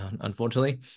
unfortunately